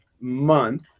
month